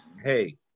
Hey